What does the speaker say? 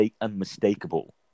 unmistakable